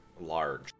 large